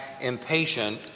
impatient